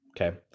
okay